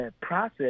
process